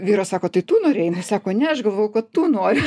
vyras sako tai tu norėjai jinai sako ne aš galvoju kad tu nori